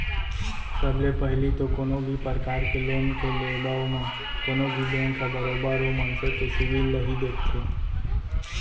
सब ले पहिली तो कोनो भी परकार के लोन के लेबव म कोनो भी बेंक ह बरोबर ओ मनसे के सिविल ल ही देखथे